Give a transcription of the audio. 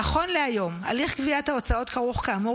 נכון להיום הליך גביית ההוצאות כרוך כאמור